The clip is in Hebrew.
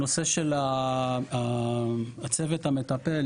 הנושא של הצוות המטפל,